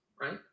right